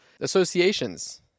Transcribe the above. associations